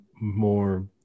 more